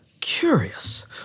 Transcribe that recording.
Curious